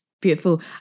Beautiful